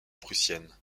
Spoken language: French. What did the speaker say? prussienne